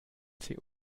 sie